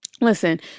Listen